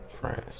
France